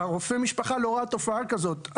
רופא המשפחה לא ראה תופעה כזאת.